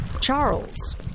Charles